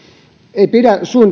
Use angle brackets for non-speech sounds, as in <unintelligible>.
ei pidä suin <unintelligible>